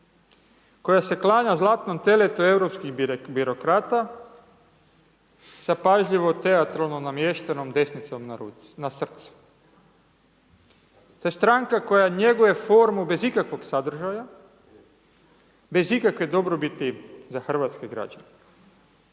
koja se klanja zlatnom teletu europskih birokrata sa pažljivo teatralno namještenom desnicom na ruci, na srcu, te stranka koja njeguje formu bez ikakvog sadržaja, bez ikakve dobrobiti za hrvatske građane.